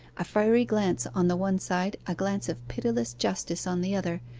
a fiery glance on the one side, a glance of pitiless justice on the other,